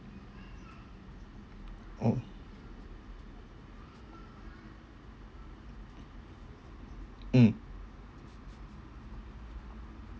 oh mm